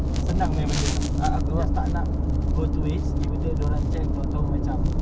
senang punya benda ah a~ aku just tak kau twist even though dia orang check tahu tahu macam